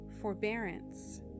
forbearance